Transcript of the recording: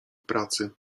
pracy